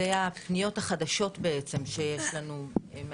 אלה הפניות החדשות שיש לנו.